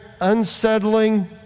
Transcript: unsettling